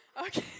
Okay